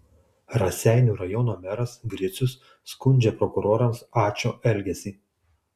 raseinių rajono meras gricius skundžia prokurorams ačo elgesį